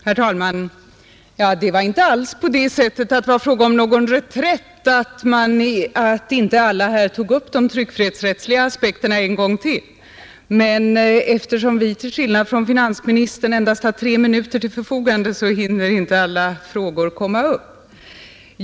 Herr talman! Det var inte alls fråga om något reträtt, när inte alla här tog upp de tryckfrihetsrättsliga aspekterna en gång till. Men eftersom vi till skillnad från finansministern endast har tre minuter till förfogande, hinner inte alla frågor komma upp.